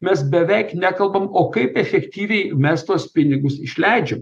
mes beveik nekalbam o kaip efektyviai mes tuos pinigus išleidžiam